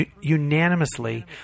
unanimously